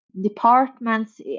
departments